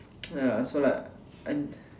ya so like